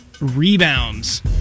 rebounds